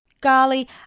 Golly